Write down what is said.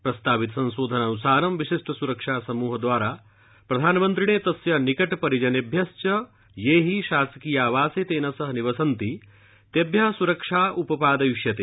प्रस्तावित संशोधनान्सारं विशिष्ट स्रक्षा समूह द्वारा प्रधानमन्त्रिणं तस्य निक परिजनेभ्यश्च ये हि शासकीयावासे तेन सह निवसन्ति तेभ्य सुरक्षा उपपादयिष्यते